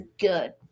good